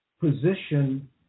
position